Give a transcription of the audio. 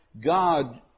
God